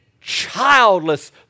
childless